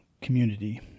community